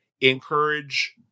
encourage